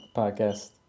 podcast